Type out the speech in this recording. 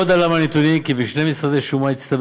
עוד עלה מהנתונים כי בשני משרדי שומה הצטבר